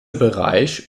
bereich